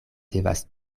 devas